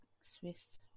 Swiss